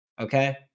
Okay